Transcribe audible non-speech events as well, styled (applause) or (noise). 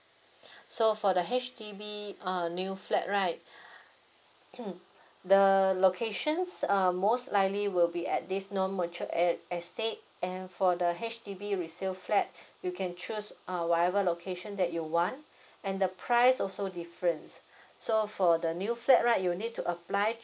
so for the H_D_B uh new flat right (breath) (coughs) the locations um most likely will be at this non matured e~ estate and for the H_D_B resale flat (breath) you can choose uh whatever location that you want (breath) and the price also difference so for the new flat right you need to apply